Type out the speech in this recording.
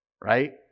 Right